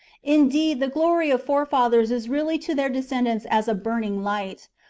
indeed, the glory of forefathers is really to their descendants as a burning light,